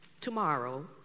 tomorrow